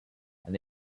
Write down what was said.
and